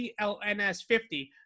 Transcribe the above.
CLNS50